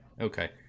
okay